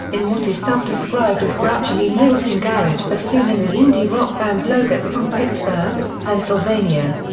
in what is self-described as grouchily lilting garage bassoon in the indie-rock band blogurt from pittsburgh, pennsylvania.